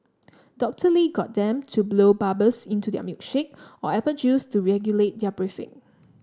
Doctor Lee got them to blow bubbles into their milkshake or apple juice to regulate their breathing